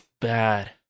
bad